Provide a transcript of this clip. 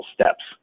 steps